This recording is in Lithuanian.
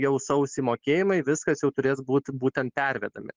jau sausį mokėjimai viskas jau turės būt būtent pervedami